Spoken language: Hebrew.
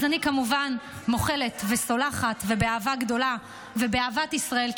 אז אני כמובן מוחלת וסולחת ובאהבה גדולה ובאהבת ישראל,